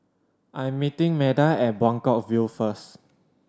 I am meeting Meda at Buangkok View first